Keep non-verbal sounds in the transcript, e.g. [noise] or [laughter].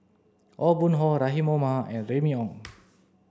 Aw Boon Haw Rahim Omar and Remy Ong [noise]